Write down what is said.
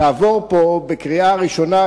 תעבור פה בקריאה ראשונה,